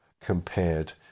compared